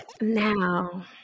now